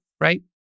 right